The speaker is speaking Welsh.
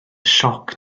sioc